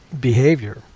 behavior